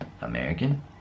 American